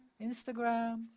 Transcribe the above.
Instagram